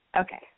Okay